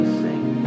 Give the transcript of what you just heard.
sing